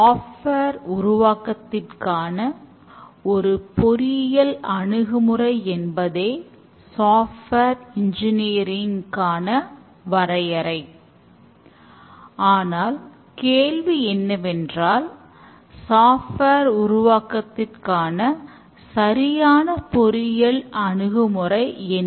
software உருவாக்குவதற்கான சரியான பொறியியல் அணுகுமுறை என்ன